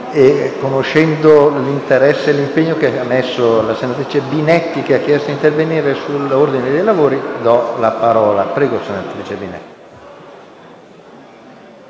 Grazie